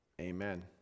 amen